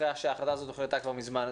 אחרי שההחלטה הזו הוחלטה כבר מזמן.